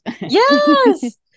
Yes